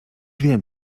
wiem